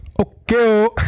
Okay